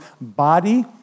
body